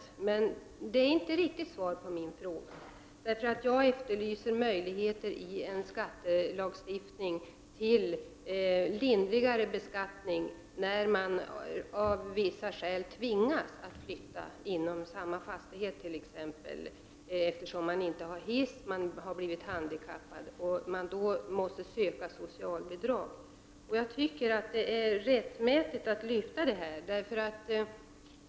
Det är inte riktigt ett svar på min fråga, därför att jag efterlyser möjligheter i skattelagstiftningen till lindrigare beskattning för den som av vissa skäl tvingas att flytta — t.ex. inom samma fastighet, på grund av att man blivit handikappad och det saknas hiss — och måste söka socialbidrag. Det är rättmätigt att ändra dessa regler.